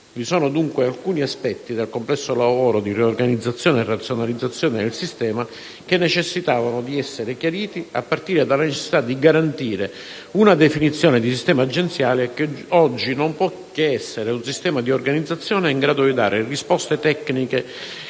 Vi sono, dunque, alcuni aspetti del complesso lavoro di riorganizzazione e razionalizzazione del sistema che dovranno essere chiariti, a partire dalla necessità di garantire una definizione di sistema agenziale che oggi non può che essere un sistema organizzativo in grado di dare risposte tecniche